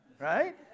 right